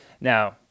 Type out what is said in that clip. Now